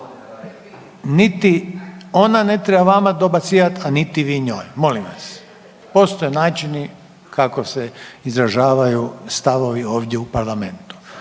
Niti ona ne treba vama dobacivati, a niti vi njoj, molim vas. Postoje načini kako se izražavaju stavovi ovdje u parlamentu.